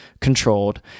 controlled